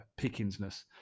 pickingsness